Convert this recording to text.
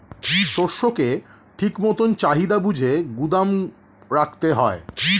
শস্যকে ঠিক মতন চাহিদা বুঝে গুদাম রাখতে হয়